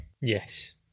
Yes